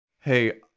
hey